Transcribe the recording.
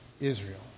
Israel